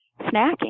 snacking